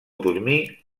dormir